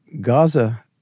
Gaza